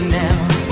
now